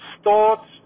starts